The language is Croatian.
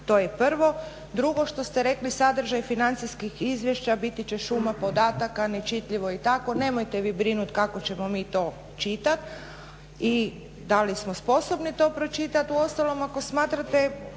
to je prvo. Drugo što ste rekli sadržaj financijskih izvješća biti će šuma podataka, nečitljivo i tako. Nemojte vi brinuti kako ćemo mi to čitati i da li smo sposobni to pročitati. Uostalom ako smatrate